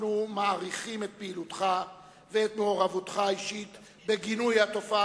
אנחנו מעריכים את פעילותך ואת מעורבותך האישית בגינוי התופעה